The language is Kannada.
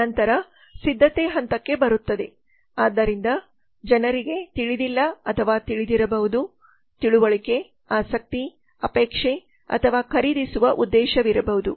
ನಂತರ ಸಿದ್ಧತೆ ಹಂತಕ್ಕೆ ಬರುತ್ತದೆ ಆದ್ದರಿಂದ ಜನರಿಗೆ ತಿಳಿದಿಲ್ಲ ಅಥವಾ ತಿಳಿದಿರಬಹುದು ತಿಳುವಳಿಕೆ ಆಸಕ್ತಿ ಅಪೇಕ್ಷೆ ಅಥವಾ ಖರೀದಿಸುವ ಉದ್ದೇಶವಿರಬಹುದು